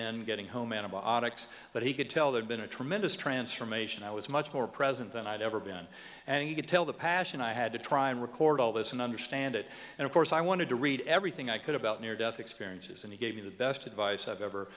and getting home antibiotics but he could tell there's been a tremendous transformation i was much more present than i'd ever been and you could tell the passion i had to try and record all this and understand it and of course i wanted to read everything i could about near death experiences and he gave me the best advice i've ever